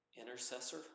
intercessor